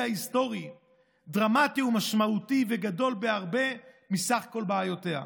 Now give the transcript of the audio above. ההיסטורי דרמטי ומשמעותי וגדול בהרבה מסך כל בעיותיה.